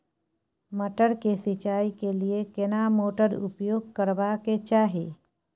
मटर के सिंचाई के लिये केना मोटर उपयोग करबा के चाही?